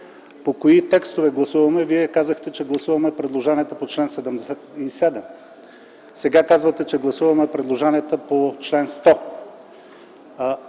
по кои текстове гласуваме. Вие казахте, че гласуваме предложенията по чл. 77. Сега казвате, че гласуваме предложенията по чл. 100.